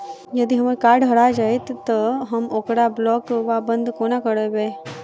यदि हम्मर कार्ड हरा जाइत तऽ हम ओकरा ब्लॉक वा बंद कोना करेबै?